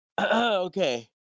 Okay